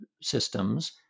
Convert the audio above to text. systems